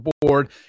board